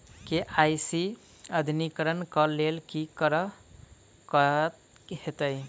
KYC अद्यतनीकरण कऽ लेल की करऽ कऽ हेतइ?